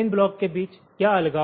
इन block के बीच क्या अलगाव हैं